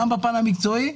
גם בפן המקצועי,